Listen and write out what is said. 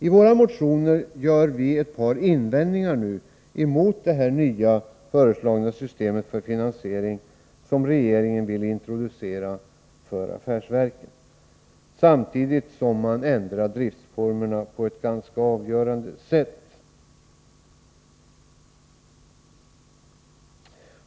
I våra motioner gör vi ett par invändningar mot det nya system för finansiering som regeringen nu vill introducera för affärsverken, samtidigt som man ändrar driftsformerna på ett avgörande sätt.